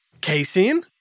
Casein